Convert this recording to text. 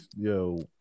Yo